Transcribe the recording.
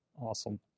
Awesome